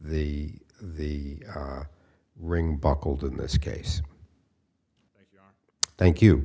the the ring buckled in this case thank you